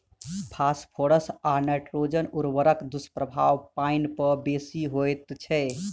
phosphorus आ nitrogen उर्वरकक दुष्प्रभाव पाइन पर बेसी होइत छै